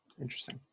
Interesting